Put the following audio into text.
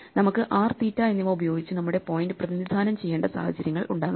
നമുക്കു r തീറ്റ എന്നിവ ഉപയോഗിച്ച് നമ്മുടെ പോയിന്റ് പ്രതിനിധാനം ചെയ്യേണ്ട സാഹചര്യങ്ങൾ ഉണ്ടാകാം